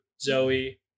Zoe